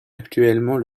actuellement